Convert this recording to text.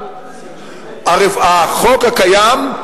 החוק הקיים,